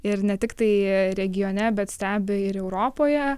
ir ne tik tai regione bet stebi ir europoje